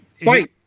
fight